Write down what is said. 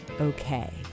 okay